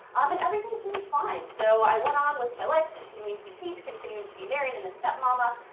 um and everything seemed fine. so, i went on with my life continuing to teach. continuing to be married and a step mama.